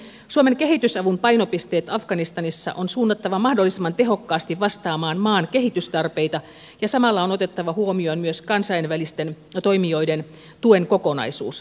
suomen kehitysavun painopisteet afganistanissa on suunnattava mahdollisimman tehokkaasti vastaamaan maan kehitystarpeita ja samalla on otettava huomioon myös kansainvälisten toimijoiden tuen kokonaisuus